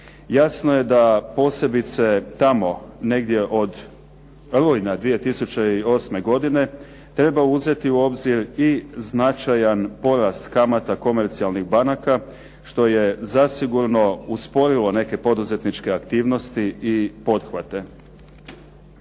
Jasno je da posebice tamo negdje od rujna 2008. godine treba uzeti u obzir i značajan porast kamata komercijalnih banaka što je zasigurno usporilo neke poduzetničke aktivnosti i pothvate.